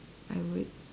I would